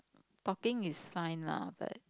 talking is fine lah but